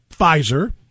Pfizer